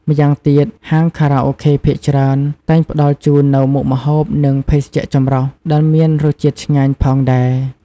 ម្យ៉ាងទៀត ហាងខារ៉ាអូខេភាគច្រើន តែងផ្តល់ជូននូវ មុខម្ហូប និងភេសជ្ជៈចម្រុះ ដែលមានរសជាតិឆ្ងាញ់ផងដែរ។